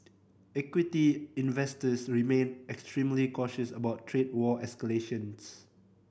equity investors remain extremely cautious about trade war escalations